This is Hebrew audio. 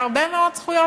והרבה מאוד זכויות,